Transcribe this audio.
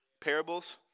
parables